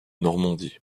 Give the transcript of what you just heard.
normandie